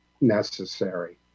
necessary